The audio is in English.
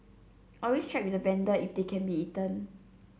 always check with the vendor if they can be eaten